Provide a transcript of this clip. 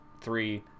three